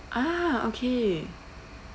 ah okay